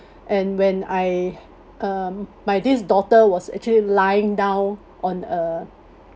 and when I uh my this daughter was actually lying down on a